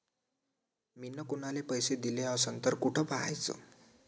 मिन कुनाले पैसे दिले असन तर कुठ पाहाचं?